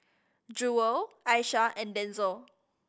Jewell Aisha and Denzell